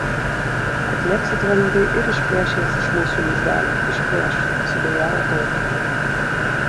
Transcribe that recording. atlėks it vanagai ir išplėš jas iš mūsų lizdelio išplėš sudejavo tautė